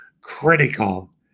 critical